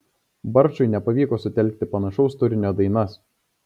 barčui nepavyko sutelkti panašaus turinio dainas